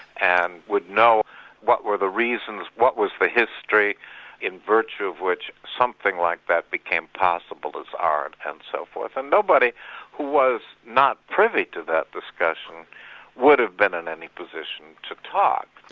and would know what were the reasons, what was the history in virtue of which something like that became possible as art and so forth. and nobody who was not privy to that discussion would have been in any position to talk.